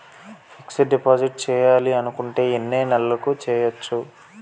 Fixed deposit చేయాలి అనుకుంటే ఎన్నే నెలలకు చేయొచ్చు?